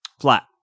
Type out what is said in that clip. Flat